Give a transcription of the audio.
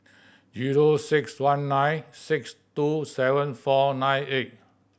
zero six one nine six two seven four nine eight